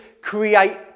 create